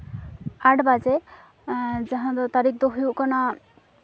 ᱟᱴ ᱵᱟᱡᱮ ᱡᱟᱦᱟᱸ ᱫᱚ ᱛᱟᱹᱨᱤᱠᱷ ᱫᱚ ᱦᱩᱭᱩᱜ ᱠᱟᱱᱟ